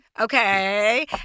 Okay